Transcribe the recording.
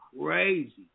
crazy